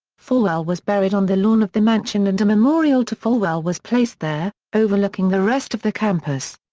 falwell was buried on the lawn of the mansion and a memorial to falwell was placed there, overlooking the rest of the campus.